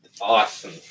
awesome